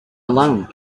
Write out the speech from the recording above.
alone